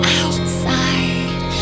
outside